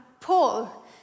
paul